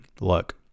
look